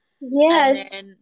yes